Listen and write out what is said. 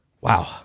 Wow